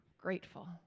grateful